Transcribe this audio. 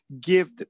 give